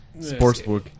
Sportsbook